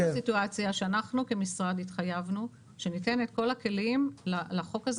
יש כאן סיטואציה שאנחנו כמשרד התחייבנו שניתן את כל הכלים לחוק הזה